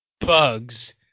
bugs